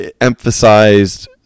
emphasized